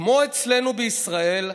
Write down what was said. כמו אצלנו בישראל,